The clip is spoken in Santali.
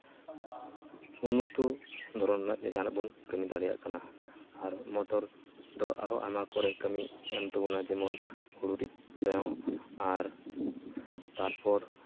ᱩᱱᱱᱚᱛᱚ ᱫᱷᱚᱨᱚᱱ ᱨᱮᱱᱟᱜ ᱡᱟᱦᱟᱱᱟᱜ ᱵᱚᱱ ᱠᱟᱹᱢᱤ ᱫᱟᱲᱮᱭᱟᱜ ᱠᱟᱱᱟ ᱟᱨ ᱢᱚᱴᱚᱨ ᱫᱚ ᱟᱨᱦᱚᱸ ᱟᱭᱢᱟ ᱠᱚᱨᱮ ᱠᱟᱹᱢᱤ ᱮᱢ ᱛᱟᱵᱚᱱᱟᱭ ᱡᱮᱢᱚᱱ ᱦᱩᱲᱩ ᱨᱤᱫ ᱨᱮᱦᱚᱸ ᱟᱨ ᱛᱟᱯᱚᱨ